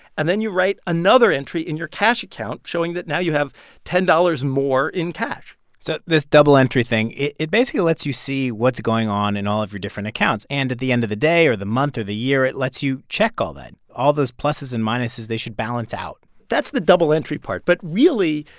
and then you write another entry in your cash account showing that now you have ten dollars more in cash so this double-entry thing, it it basically lets you see what's going on in all of your different accounts. and at the end of the day or the month or the year, it lets you check all that. all those pluses and minuses, they should balance out that's the double-entry part. but really,